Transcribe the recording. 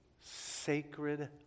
sacred